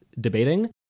debating